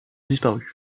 disparu